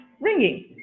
ringing